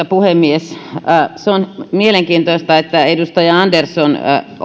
puhemies se on mielenkiintoista että edustaja andersson